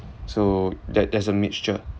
so there~ there's a mixture